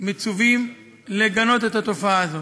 מצווים לגנות את התופעה הזאת.